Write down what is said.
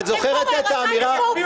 בכל מילה.